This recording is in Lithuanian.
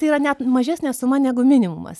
tai yra net mažesnė suma negu minimumas